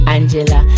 Angela